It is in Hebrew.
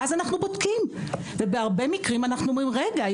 ואז אנחנו בודקים ובהרבה מקרים אנחנו אומרים רגע,